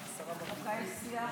השרה ברביבאי?